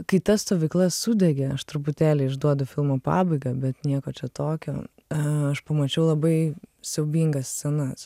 kai ta stovykla sudegė aš truputėlį išduodu filmo pabaigą bet nieko čia tokio aš pamačiau labai siaubingas scenas